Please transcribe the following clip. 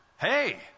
Hey